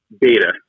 beta